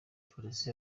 police